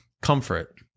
comfort